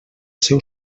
seu